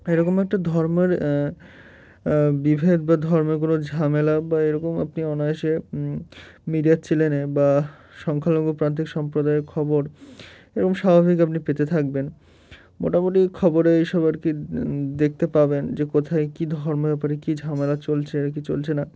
এরকম একটা ধর্মের বিভেদ বা ধর্মের কোনো ঝামেলা বা এরকম আপনি অনায়াসে মিডিয়ার চ্যানেলে বা সংখ্যালঘু প্রান্তিক সম্প্রদায়ের খবর এরকম স্বাভাবিক আপনি পেতে থাকবেন মোটামুটি খবরে এই সব আর কি দেখতে পাবেন যে কোথায় কী ধর্মের ব্যাপারে কী ঝামেলা চলছে আর কী চলছে না